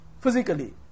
physically